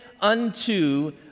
unto